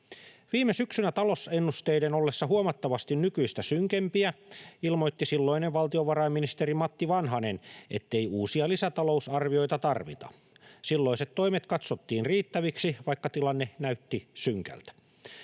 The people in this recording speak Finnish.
Viime syksynä talousennusteiden ollessa huomattavasti nykyistä synkempiä ilmoitti silloinen valtiovarainministeri Matti Vanhanen, ettei uusia lisätalousarvioita tarvita. Silloiset toimet katsottiin riittäviksi, vaikka tilanne näytti synkältä.